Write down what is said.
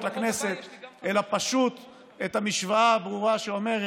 לכנסת אלא פשוט את המשוואה הברורה שאומרת: